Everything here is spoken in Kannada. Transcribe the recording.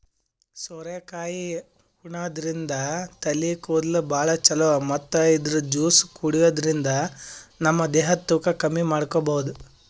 ಸೋರೆಕಾಯಿ ಉಣಾದ್ರಿನ್ದ ತಲಿ ಕೂದಲ್ಗ್ ಭಾಳ್ ಛಲೋ ಮತ್ತ್ ಇದ್ರ್ ಜ್ಯೂಸ್ ಕುಡ್ಯಾದ್ರಿನ್ದ ನಮ ದೇಹದ್ ತೂಕ ಕಮ್ಮಿ ಮಾಡ್ಕೊಬಹುದ್